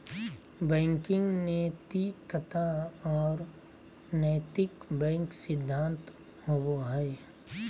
banking नैतिकता और नैतिक बैंक सिद्धांत होबो हइ